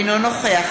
אינו נוכח